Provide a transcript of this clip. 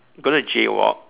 gonna jaywalk